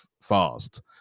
fast